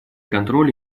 контроль